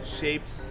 shapes